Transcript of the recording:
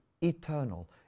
eternal